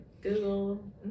google